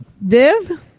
Viv